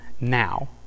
now